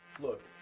Look